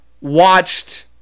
Watched